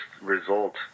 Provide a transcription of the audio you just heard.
result